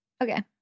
Okay